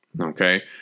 Okay